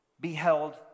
beheld